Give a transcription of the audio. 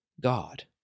God